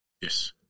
Yes